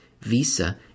Visa